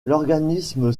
l’organisme